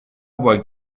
vois